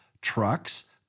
trucks